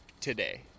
today